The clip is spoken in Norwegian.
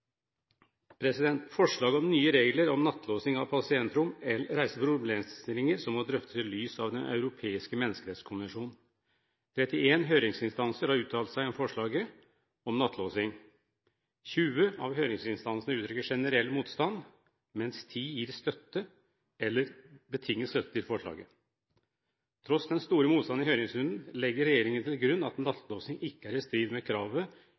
nye regler om nattelåsing av pasientrom reiser problemstillinger som må drøftes i lys av Den europeiske menneskerettskonvensjonen. 31 høringsinstanser har uttalt seg om forslaget om nattelåsing. 20 av høringsinstansene uttrykker generell motstand, mens 10 gir støtte eller betinget støtte til forslaget. Tross den store motstanden i høringsrunden legger regjeringen til grunn at nattelåsing ikke er i strid med kravet